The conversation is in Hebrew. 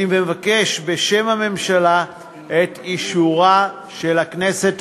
אני מבקש בשם הממשלה את אישורה של הכנסת.